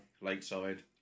lakeside